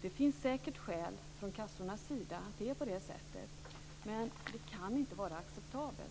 Det finns säkert skäl från kassornas sida till att det är på det sättet, men det kan inte vara acceptabelt.